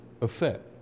effect